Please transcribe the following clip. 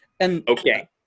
Okay